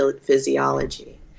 physiology